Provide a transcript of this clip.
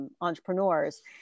entrepreneurs